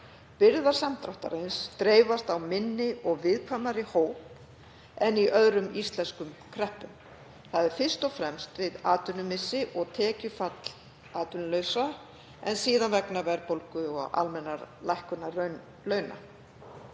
Byrðar samdráttarins dreifast á minni og viðkvæmari hóp en í öðrum íslenskum kreppum, þ.e. fyrst og fremst við atvinnumissi og tekjufall atvinnulausra en síður vegna verðbólgu og almennrar lækkunar launa.